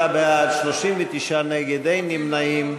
47 בעד, 39 נגד, אין נמנעים.